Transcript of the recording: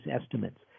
estimates